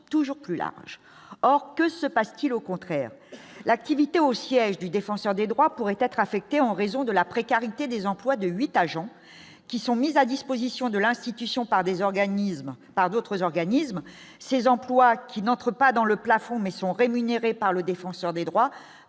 toujours plus large, or que se passe-t-il au contraire l'activité au siège du défenseur des droits pourraient être affectés en raison de la précarité des emplois de 8 agents qui sont mises à disposition de l'institution par des organismes par notre organisme, ces employes qui n'entrent pas dans le plafond, mais sont rémunérés par le défenseur des droits